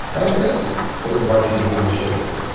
and maybe we'll invite you to be on the show with us.